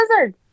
wizard